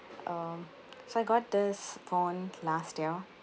um so I got this phone last year